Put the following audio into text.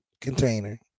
container